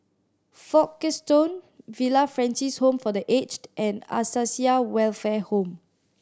Folkestone Villa Francis Home for The Aged and Acacia Welfare Home